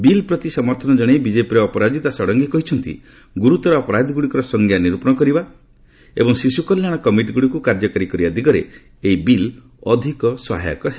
ବିଲ୍ପ୍ରତି ସମର୍ଥନ ଜଣାଇ ବିଜେପିର ଅପରାଜିତା ଷଡ଼ଙ୍ଗୀ କହିଛନ୍ତି ଗୁରୁତର ଅପରାଧ ଗୁଡ଼ିକର ସଂଜ୍ଞା ନିରୁପଣ କରିବା ଏବଂ ଶିଶୁ କଲ୍ୟାଣ କମିଟିଗୁଡ଼ିକୁ କାର୍ଯ୍ୟକାରୀ କରିବା ଦିଗରେ ଏହି ବିଲ୍ ଅଧିକ ସହାୟକ ହେବ